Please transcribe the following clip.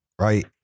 Right